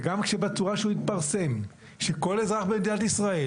שגם בצורה שהוא התפרסם כל אזרח במדינת ישראל